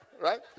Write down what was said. Right